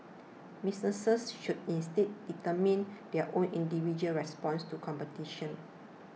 businesses should instead determine their own individual responses to competition